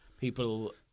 People